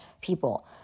people